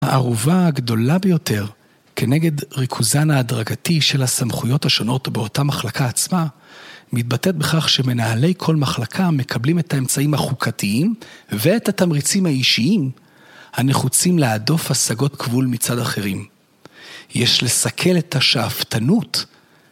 הערובה הגדולה ביותר, כנגד ריכוזן ההדרגתי של הסמכויות השונות באותה מחלקה עצמה, מתבטאת בכך שמנהלי כל מחלקה מקבלים את האמצעים החוקתיים ואת התמריצים האישיים הנחוצים להדוף השגות גבול מצד אחרים. יש לסכל את השאפתנות